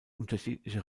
unterschiedliche